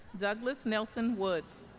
douglas nelson woods